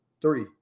three